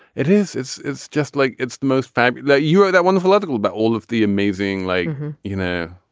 it is. it's it's just like it's the most family that you are that wonderful article about all of the amazing like you know